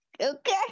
okay